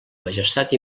majestat